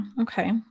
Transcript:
Okay